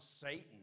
Satan